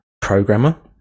programmer